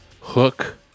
hook